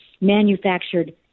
manufactured